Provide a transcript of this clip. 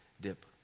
dip